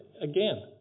again